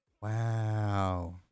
Wow